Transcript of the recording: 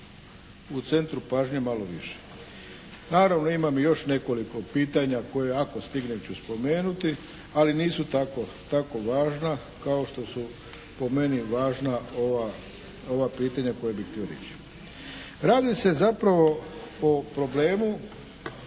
u centru pažnje malo više. Naravno, imam i još nekoliko pitanja koje ako stignem ću spomenuti, ali nisu tako važna kao što su po meni važna ova pitanja koja bih htio reći. Radi se zapravo o problemu